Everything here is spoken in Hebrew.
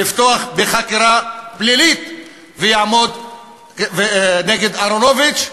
לפתוח בחקירה פלילית נגד אהרונוביץ.